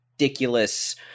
ridiculous